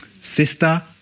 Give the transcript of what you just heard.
Sister